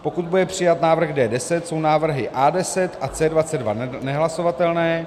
pokud bude přijat návrh D10, jsou návrhy A10 a C22 nehlasovatelné